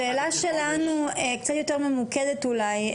השאלה שלנו קצת יותר ממוקדת אולי,